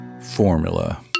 Formula